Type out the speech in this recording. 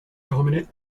dominant